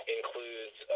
includes